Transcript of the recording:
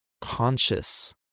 conscious